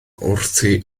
wrthi